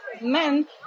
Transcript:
men